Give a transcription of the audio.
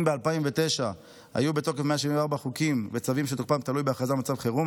אם ב-2009 היו בתוקף 174 חוקים וצווים שתוקפם תלוי בהכרזה על מצב חירום,